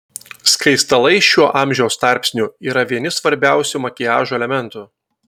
skaistalai šiuo amžiaus tarpsniu yra vieni svarbiausių makiažo elementų